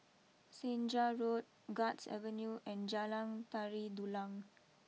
Senja Road Guards Avenue and Jalan Tari Dulang